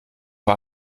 war